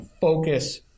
focus